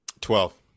Twelve